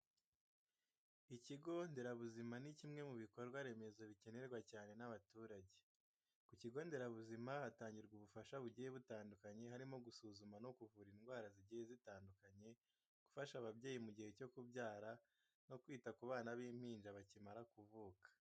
Ikigo nderabuzima ni kimwe mu bikorwa remezo bikenerwa cyane n'abaturage. Ku kigo nderabuzima hatangirwa ubufasha bugiye butandukanye harimo gusuzuma no kuvura indwara zigiye zitandukanye, gufasha ababyeyi mu gihe cyo kubyara no kwita ku bana b'impinja bakimara kuvuka.